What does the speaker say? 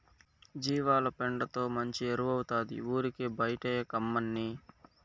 జీవాల పెండతో మంచి ఎరువౌతాది ఊరికే బైటేయకమ్మన్నీ